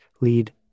lead